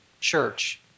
church